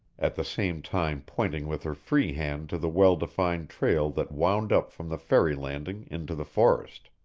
at the same time pointing with her free hand to the well-defined trail that wound up from the ferry landing into the forest.